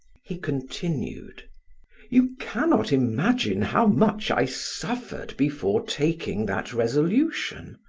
he continued you cannot imagine how much i suffered before taking that resolution.